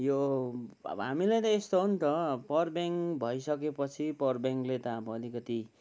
यो अब हामीलाई त यस्तो हो नि त पावर ब्याङ्क भइसकेपछि पावर ब्याङ्कले त अब अलिकति